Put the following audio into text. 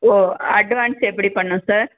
ஓ advance எப்படி பண்ணும் sir